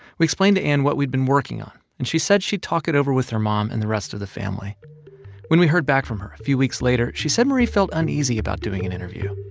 we explained to anne what we'd been working on. and she said she'd talk it over with her mom and the rest of the family when we heard back from her a few weeks later, she said marie felt uneasy about doing an interview.